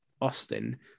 Austin